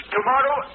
Tomorrow